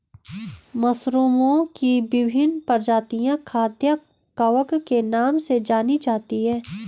मशरूमओं की विभिन्न प्रजातियां खाद्य कवक के नाम से जानी जाती हैं